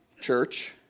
church